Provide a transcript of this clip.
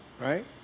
right